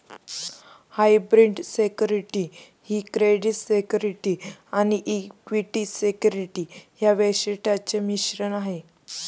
hybrid security ही credit security आणि equity security या वैशिष्ट्यांचे मिश्रण आहे